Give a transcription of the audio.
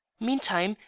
meantime,